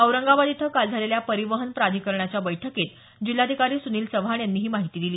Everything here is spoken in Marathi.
औरंगाबाद इथं काल झालेल्या परिवहन प्राधिकरणाच्या बैठकीत जिल्हाधिकारी सुनिल चव्हाण यांनी ही माहिती दिली